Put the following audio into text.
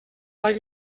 blai